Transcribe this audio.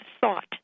thought